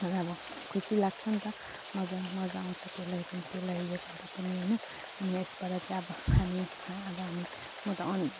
र अब खुसी लाग्छ नि त मजा मजा आउँछ त्यसलाई पनि त्यसलाई पनि त्यसलाई उयो गर्दा पनि होइन अनि यसबाट चाहिँ अब हामी अब हामी म त